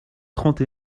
trente